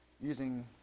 using